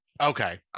Okay